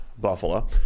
Buffalo